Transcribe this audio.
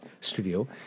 studio